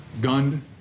gunned